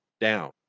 down